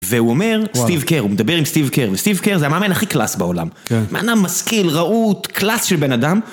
והוא אומר, סטיב קר, הוא מדבר עם סטיב קר, וסטיב קר זה המאמן הכי קלאס בעולם. כן. בן אדם משכיל, רהוט, קלאס של בן אדם.